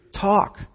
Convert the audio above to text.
talk